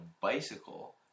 bicycle